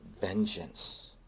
vengeance